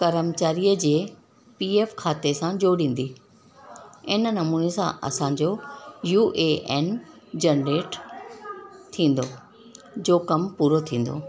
करमचारीअ जे P F खाते सां जोड़ींदी इन नमूने सां असांजो यू ऐ एन जनरेट थींदो जो कमु पूरो थींदो